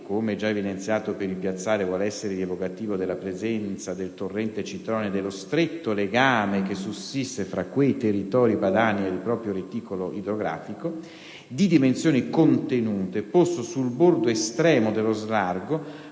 come già evidenziato, per il piazzale vuole essere rievocativo della presenza del torrente Citronia e dello stretto legame che sussiste fra quei territori padani e il proprio reticolo idrografico), di dimensioni contenute, posto sul bordo estremo dello slargo,